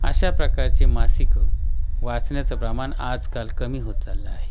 अशा प्रकारची मासिकं वाचण्याचं प्रमाण आजकाल कमी होत चाललं आहे